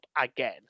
again